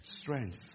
strength